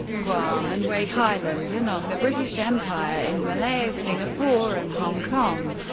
guam and wake island and on the british empire in malaya, singapore, and hong kong.